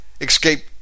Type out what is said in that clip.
escape